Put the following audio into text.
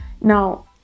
now